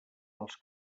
els